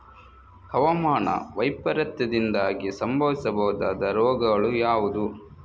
ಹವಾಮಾನ ವೈಪರೀತ್ಯದಿಂದಾಗಿ ಸಂಭವಿಸಬಹುದಾದ ರೋಗಗಳು ಯಾವುದು?